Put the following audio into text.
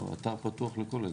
האתר פתוח לכל אזרח.